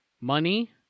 money